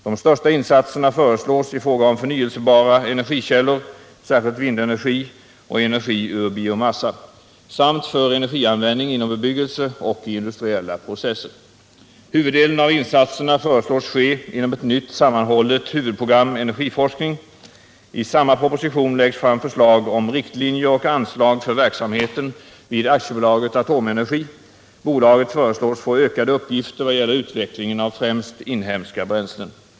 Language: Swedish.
De största insatserna föreslås i fråga om förnyelsebara energikällor, särskilt vindenergi och energi ur biomassa, samt för energianvändning inom bebyggelse och i industriella processer. Huvuddelen av insatserna föreslås ske inom ett nytt sammanhållet Huvudprogram Energiforskning. I samma proposition läggs fram förslag om riktlinjer och anslag för verksamheten vid AB Atomenergi. Bolaget föreslås få ökade uppgifter vad gäller utvecklingen av främst inhemska bränslen.